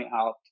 out